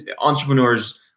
Entrepreneurs